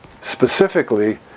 specifically